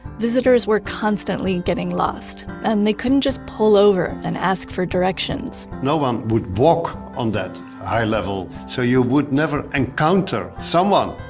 visitors were constantly getting lost and they couldn't just pull over and ask for directions no one would walk on that high level, so you would never encounter someone.